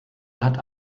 hat